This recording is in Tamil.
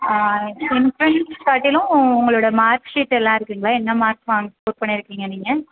காட்டிலும் உங்களோடய மார்க் ஷீட் எல்லாம் இருக்குதுங்களா என்ன மார்க் வாங் ஸ்கோர் பண்ணிருக்கீங்க நீங்கள்